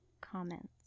comments